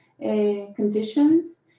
conditions